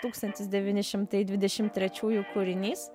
tūkstantis devyni šimtai dvidešimt trečiųjų kūrinys